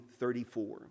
34